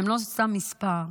הם לא סתם מספר.